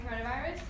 coronavirus